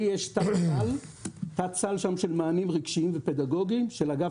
לי יש תת סל שם של מענים רגשיים ופדגוגיים של אגף